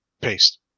paste